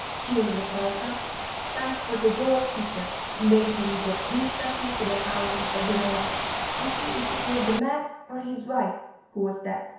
till the sultan sent for the door-keeper and bade him go instantly to the house of abu nowas and see if it was the man or his wife who was dead.